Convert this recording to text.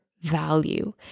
value